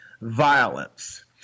violence